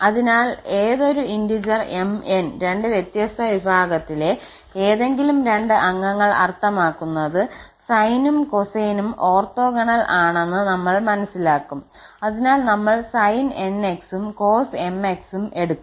അതിനാൽ ഏതൊരു ഇന്റിജെർ 𝑚 𝑛രണ്ട് വ്യത്യസ്ത വിഭാഗത്തിലെ ഏതെങ്കിലും രണ്ട് അംഗങ്ങൾ അർത്ഥമാക്കുന്നത് സൈനും കോസൈനും ഓർത്തോഗണൽ ആണെന്ന് നമ്മൾ മനസിലാക്കും അതിനാൽ നമ്മൾ sin 𝑛𝑥 ഉം cos 𝑚𝑥 ഉം എടുക്കും